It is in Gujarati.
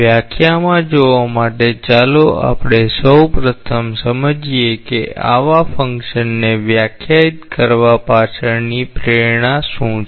વ્યાખ્યામાં જોવા માટે ચાલો આપણે સૌપ્રથમ સમજીએ કે આવા ફંક્શનને વ્યાખ્યાયિત કરવા પાછળની પ્રેરણા શું છે